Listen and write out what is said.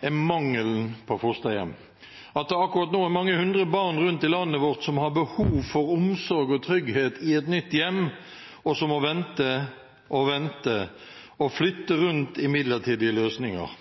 er mangelen på fosterhjem. Akkurat nå er det mange hundre barn rundt i landet vårt som har behov for omsorg og trygghet i et nytt hjem som må vente og vente, og flytte rundt til midlertidige løsninger.